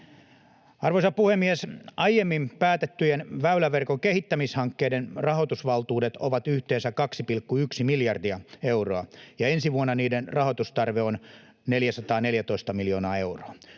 Arvoisa puhemies! Aiemmin päätettyjen väyläverkon kehittämishankkeiden rahoitusvaltuudet ovat yhteensä 2,1 miljardia euroa, ja ensi vuonna niiden rahoitustarve on 414 miljoonaa euroa.